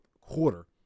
quarter